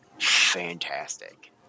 fantastic